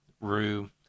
Rue